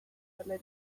dylunio